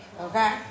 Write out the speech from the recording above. Okay